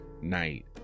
night